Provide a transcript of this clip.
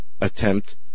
Attempt